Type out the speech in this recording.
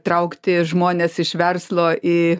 traukti žmones iš verslo į